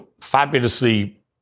fabulously